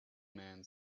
man